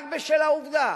רק בשל העובדה